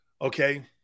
Okay